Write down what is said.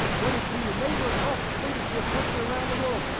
whether it's to your neighbor across the street or to a country around the world?